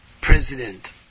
President